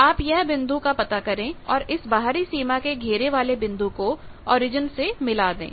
तो आप यह बिंदु का पता करें और इस बाहरी सीमा के घेरे वाले बिंदु को ओरिजन से मिला दे